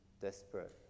desperate